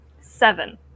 Seven